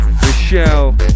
Michelle